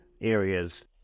areas